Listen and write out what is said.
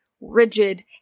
rigid